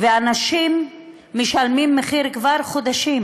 ואנשים משלמים מחיר כבר חודשים